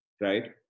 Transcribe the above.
Right